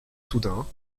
soudain